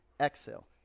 Exhale